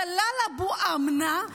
דלאל אבו אמנה,